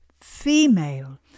female